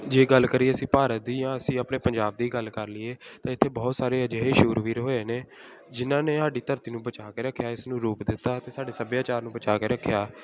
ਜੇ ਗੱਲ ਕਰੀਏ ਅਸੀਂ ਭਾਰਤ ਦੀ ਜਾਂ ਅਸੀਂ ਆਪਣੇ ਪੰਜਾਬ ਦੀ ਗੱਲ ਕਰ ਲਈਏ ਤਾਂ ਇੱਥੇ ਬਹੁਤ ਸਾਰੇ ਅਜਿਹੇ ਸੂਰਬੀਰ ਹੋਏ ਨੇ ਜਿਹਨਾਂ ਨੇ ਸਾਡੀ ਧਰਤੀ ਨੂੰ ਬਚਾਅ ਕੇ ਰੱਖਿਆ ਇਸ ਨੂੰ ਰੋਕ ਦਿੱਤਾ ਅਤੇ ਸਾਡੇ ਸੱਭਿਆਚਾਰ ਨੂੰ ਬਚਾਅ ਕੇ ਰੱਖਿਆ